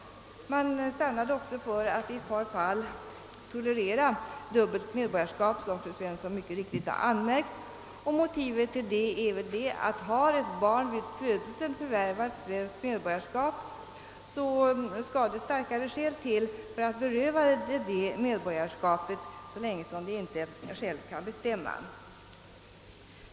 Man stannade också för att i ett par fall tolerera dubbelt medborgarskap, som fru Svensson mycket riktigt anmärkt. Motivet till detta var att om ett barn vid födseln förvärvat svenskt medborgarskap så skall det starkare skäl till för att beröva det detta svenska medborgarskap så länge barnet inte självt kunde bestämma.